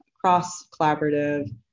cross-collaborative